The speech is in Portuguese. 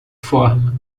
forma